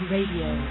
Radio